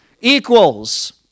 equals